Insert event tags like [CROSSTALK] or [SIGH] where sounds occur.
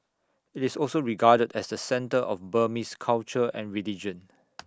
IT is also regarded as the centre of Burmese culture and religion [NOISE]